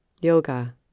Yoga